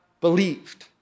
believed